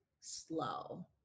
slow